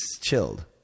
chilled